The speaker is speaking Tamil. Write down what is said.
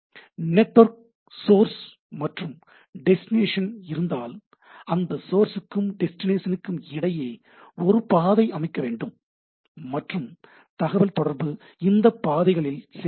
எனவே நெட்வொர்க்கில் சோர்ஸ் மற்றும் டெஸ்டினேஷன் இருந்தால் அந்த சோர்ஸ்க்கும் டெஸ்டினேஷன்க்கும் இடையே ஒரு பாதை அமைக்கப்பட வேண்டும் மற்றும் தகவல் தொடர்பு இந்த பாதைகளில் செல்ல வேண்டும்